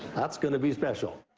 that's gonna be special.